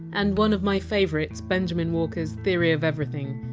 and one of my favourites, benjamen walker! s theory of everything.